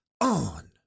On